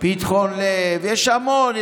פתחון לב, פתחון לב, יש המון.